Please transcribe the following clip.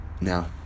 now